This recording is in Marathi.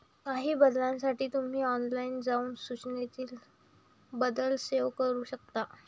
काही बदलांसाठी तुम्ही ऑनलाइन जाऊन सूचनेतील बदल सेव्ह करू शकता